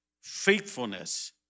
faithfulness